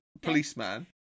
policeman